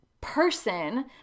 person